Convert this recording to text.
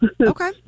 Okay